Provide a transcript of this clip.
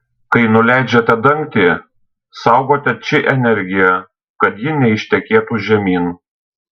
kai nuleidžiate dangtį saugote či energiją kad ji neištekėtų žemyn